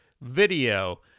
video